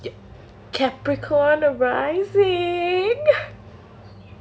capricorn arising